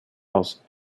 aus